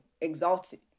Exalted